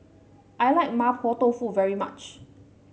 I like Mapo Tofu very much